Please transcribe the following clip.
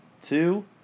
two